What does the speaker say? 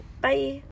Bye